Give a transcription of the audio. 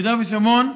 ביהודה ושומרון,